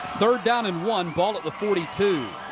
third down and one. ball at the forty two.